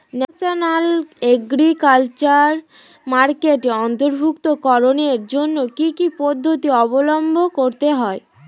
National agriculture মার্কেটে অন্তর্ভুক্তিকরণের জন্য কি কি পদ্ধতি অবলম্বন করতে হয়?